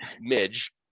Midge